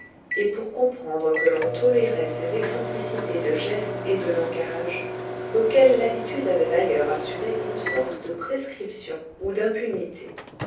et pour comprendre que l'on tolérait ses excentricités de gestes et de langage auxquelles l'habitude avait d'ailleurs assuré une sorte de prescription ou d'impunité